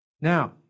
Now